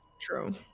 True